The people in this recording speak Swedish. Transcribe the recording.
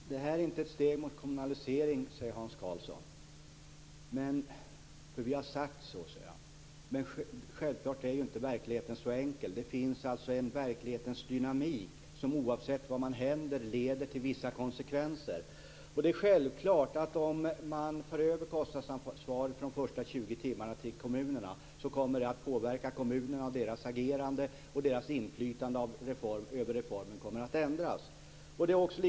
Fru talman! Det här är inte ett steg mot kommunalisering, enligt Hans Karlsson, eftersom det inte har sagts så. Självfallet är verkligheten inte så enkel. Det finns en verklighetens dynamik som oavsett vad som händer leder till vissa konsekvenser. Det är självklart att om man för över kostnadsansvaret för de första 20 timmarna på kommunerna kommer detta att påverka kommunerna och deras agerande. Kommunernas inflytande över reformen kommer att förändras.